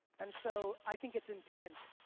and so, i think it's intent.